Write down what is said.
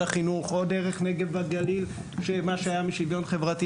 החינוך או דרך הנגב והגליל שמה שהיה בשוויון חברתי